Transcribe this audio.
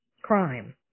Crime